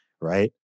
Right